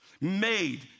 made